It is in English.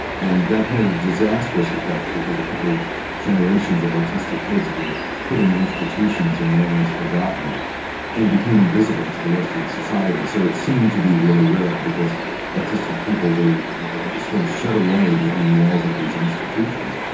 and that had a disastrous effect because a couple of generations of autistic kids were put in institutions and more or less forgotten and became invisible to the rest of society. so it seemed to be really rare because autistic people were sort of shut away behind the walls of these institutions.